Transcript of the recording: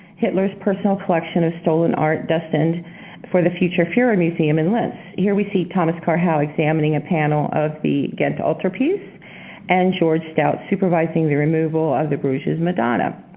hitler's personal collection of stolen art destined for the future fuhrermuseum in linz. here we see thomas carr howe examining a panel of the ghent alterpiece and george stout supervising the removal of the bruges' madonna.